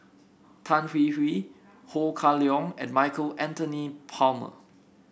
Tan Hwee Hwee Ho Kah Leong and Michael Anthony Palmer